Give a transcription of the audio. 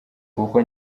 kuko